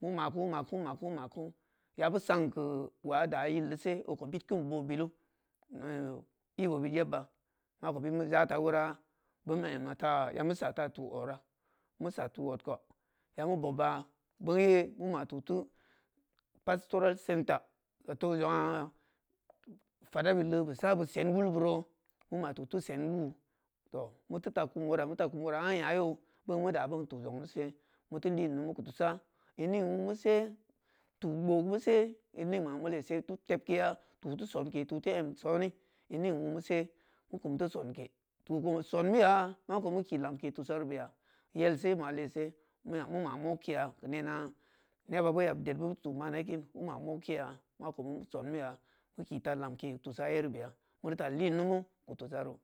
meu ma ku-maku-maku-maku ya beu sang keu wa da yil de se okou bit kin boo bilu igbo bed yebba ma kou bed meu data wora boo meu ema ta ya meu sa ta tu ora meu sa tu odkou ya meu bobba bongye meu ma tu teu pastoral center wato zong’a fada beu lee beu sa beu sen wolburo meu ma tu teu sen wuu tooh meu teu ta kum wora-meu teu ta kum wora ha nya yau bong meu da ben tu ong, di se meu teu lin numu keu tusa in ning wuumeu se tu gboo meu se in ning ma meu leese tu temkeya tu teu sonke tu teu em sone in ning wuumese meu kum teu sonke tu kou sonmeya ma kou meu ki ta lamke keu tusa yeru beya meu teu ta lin numu keu tusaru